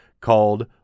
called